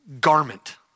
garment